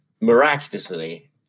miraculously